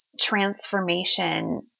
transformation